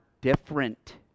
different